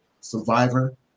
survivor